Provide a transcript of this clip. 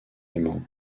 léman